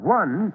one